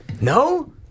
No